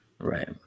right